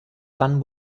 fan